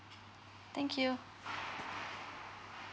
thank you